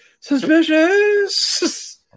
suspicious